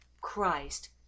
Christ